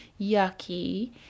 yucky